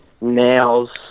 Nails